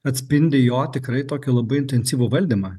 atspindi jo tikrai tokį labai intensyvų valdymą